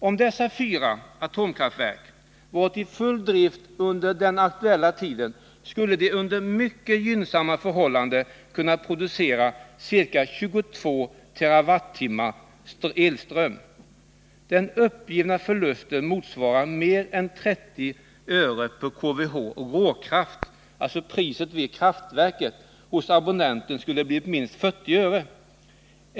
Om dessa fyra reaktorer hade varit i full drift under den aktuella tiden skulle de under mycket gynnsamma förhållanden ha kunnat producera ca 22 TWh elström. Den uppgivna förlusten motsvarar mer än 30 öre kWh.